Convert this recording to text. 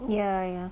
ya ya